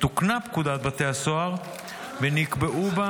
תוקנה פקודת בתי הסוהר ונקבעו בה